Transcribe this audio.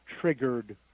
triggered